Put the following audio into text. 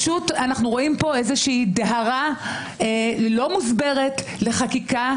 אנחנו רואים פה דהרה לא מוסברת לחקיקה,